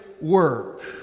work